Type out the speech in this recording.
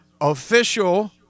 official